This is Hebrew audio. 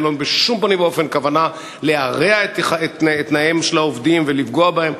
אין לנו בשום פנים ואופן כוונה להרע את תנאיהם של העובדים ולפגוע בהם.